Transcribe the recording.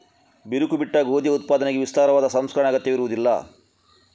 ಬಿರುಕು ಬಿಟ್ಟ ಗೋಧಿಯ ಉತ್ಪಾದನೆಗೆ ವಿಸ್ತಾರವಾದ ಸಂಸ್ಕರಣೆಯ ಅಗತ್ಯವಿರುವುದಿಲ್ಲ